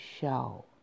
show